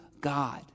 God